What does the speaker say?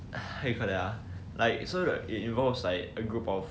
how you call that ah like so right it involves like a group of